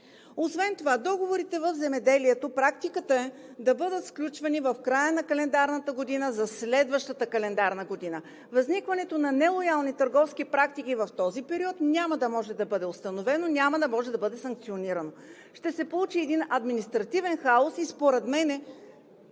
Освен това практиката в земеделието е договорите да бъдат сключвани в края на календарната година за следващата календарна година. Възникването на нелоялни търговски практики в този период няма да може да бъде установено, няма да може да бъде санкционирано. Ще се получи един административен хаос. Според мен